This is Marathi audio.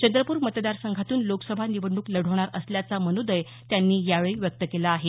चंद्रपूर मतदारसंघातून लोकसभा निवडणूक लढवणार असल्याचा मनोदय त्यांनी यावेळी व्यक्त केला आहे